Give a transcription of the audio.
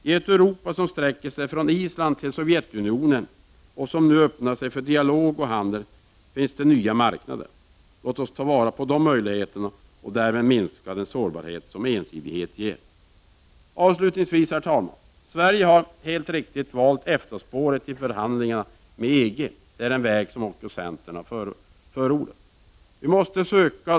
I ett Europa som sträcker sig från Island till Sovjetunionen och som nu öppnar sig för dialog och handel finns nya marknader. Låt oss ta vara på de möjligheterna och därmed minska den sårbarhet som ensidighet ger. Herr talman! Avslutningsvis vill jag säga att Sverige helt riktigt har valt EFTA-spåret i förhandlingarna med EG; det är en väg som också har förordats av centern.